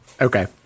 Okay